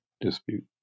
dispute